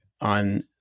on